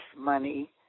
money